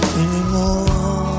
anymore